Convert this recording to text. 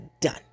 done